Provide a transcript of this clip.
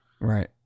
Right